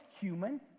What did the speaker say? human